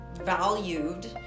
valued